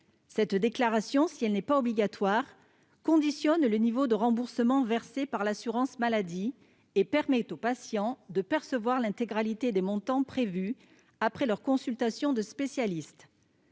Cette déclaration, si elle n'est pas obligatoire, conditionne le niveau de remboursement versé par l'assurance maladie : elle permet aux patients de percevoir l'intégralité des montants prévus à chaque consultation effectuée